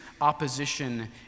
opposition